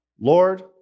Lord